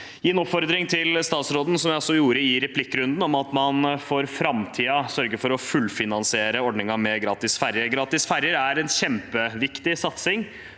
ord, gi en oppfordring til statsråden – som jeg også gjorde i replikkrunden – om at man for framtiden sørger for å fullfinansiere ordningen med gratis ferjer. Gratis ferjer er en kjempeviktig satsing